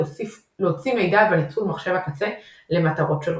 להוציא מידע וניצול מחשב הקצה למטרות שונות.